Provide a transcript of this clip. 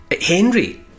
Henry